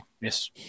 yes